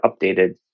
updated